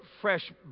fresh